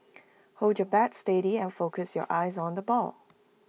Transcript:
hold your bat steady and focus your eyes on the ball